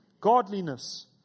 godliness